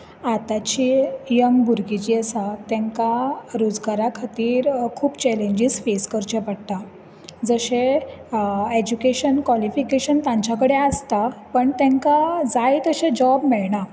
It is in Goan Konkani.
आताची यंग भुरगीं जी आसा तेका रोजगारा खातीर खूब चैलन्जीस फेस करचे पडटा जशें एजुकेशन कोलीफीकेशन तांच्या कडेन आसता पण तेंका जाय तशे जॉब मेळना